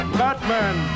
batman